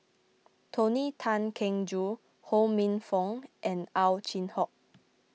Tony Tan Keng Joo Ho Minfong and Ow Chin Hock